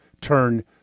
Turn